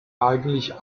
eigentlich